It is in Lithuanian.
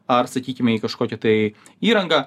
ar sakykim į kažkokį tai įrangą